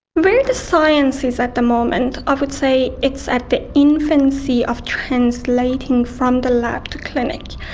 where the science is at the moment i would say it's at the infancy of translating from the lab to clinic.